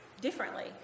differently